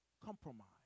compromise